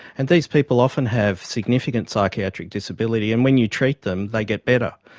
and these people often have significant psychiatric disability, and when you treat them they get better.